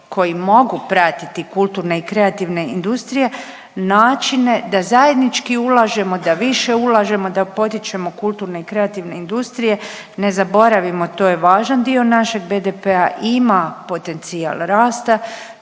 koji mogu pratiti kulturne i kreativne industrije načine da zajednički ulažemo, da više ulažemo, da potičemo kulturne i kreativne industrije. Ne zaboravimo to je važan dio našeg BDP-a, ima potencijal rasta,